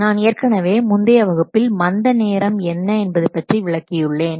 நான் ஏற்கனவே முந்தைய வகுப்பில் மந்த நேரம் என்ன என்பது பற்றி விளக்கியுள்ளேன்